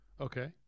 Okay